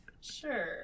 Sure